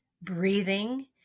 breathing